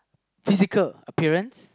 physical appearance